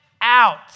out